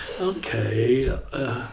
Okay